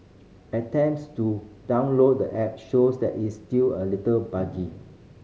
attempts to download the app shows that is still a little buggy